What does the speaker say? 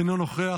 אינו נוכח,